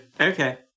Okay